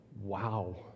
Wow